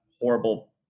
horrible